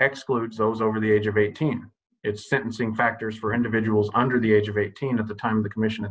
excludes those over the age of eighteen it's sentencing factors for individuals under the age of eighteen at the time the commission